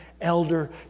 elder